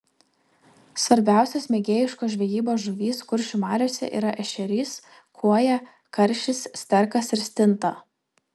svarbiausios mėgėjiškos žvejybos žuvys kuršių mariose yra ešerys kuoja karšis sterkas ir stinta